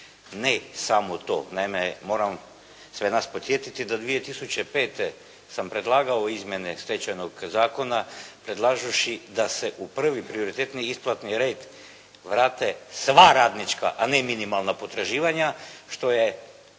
Ne samo to. Naime moram sve nas podsjetiti da 2005. sam predlagao izmjene Stečajnog zakona predlažući da se u prvi prioritetni isplatni red vrate sva radnička, a ne minimalna potraživanja što je